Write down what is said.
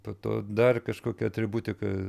po to dar kažkokia atributika